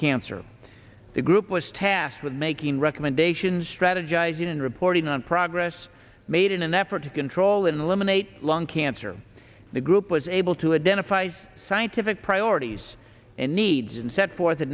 cancer the group was tasked with making recommendations strategizing and reporting on progress made in an effort to control and eliminate lung cancer the group was able to identify scientific priorities and needs and set forth